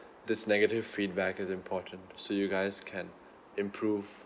this negative feedback is important so you guys can improve